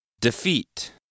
Defeat